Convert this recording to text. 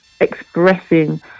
expressing